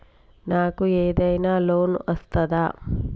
నాకు ఏదైనా లోన్ వస్తదా?